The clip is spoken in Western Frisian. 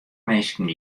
minsken